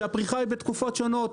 שהפריחה היא בתקופות שונות.